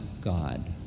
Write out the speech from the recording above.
God